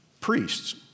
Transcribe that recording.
priests